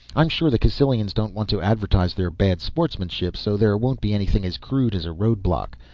i'm sure the cassylians don't want to advertise their bad sportsmanship so there won't be anything as crude as a roadblock.